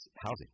housing